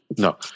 No